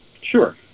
Sure